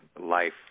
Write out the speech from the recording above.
life